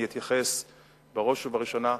אני אתייחס בראש ובראשונה,